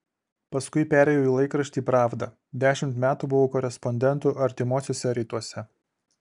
paskui perėjau į laikraštį pravda dešimt metų buvau korespondentu artimuosiuose rytuose